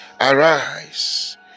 arise